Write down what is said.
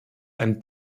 ein